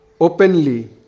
openly